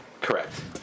Correct